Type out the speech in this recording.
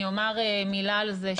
אני אומר מילה על זה,